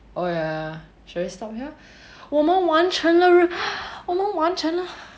oh ya should we stop here 我们完成了 我们完成了